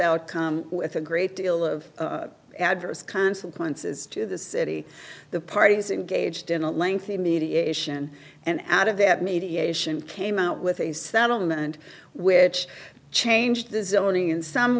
outcome with a great deal of adverse consequences to the city the parties in gauged in a lengthy mediation and out of that mediation came out with a settlement which changed the zoning in some